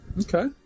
okay